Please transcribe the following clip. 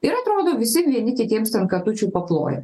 ir atrodo visi vieni kitiems ten katučių paploja